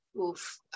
Oof